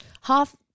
Half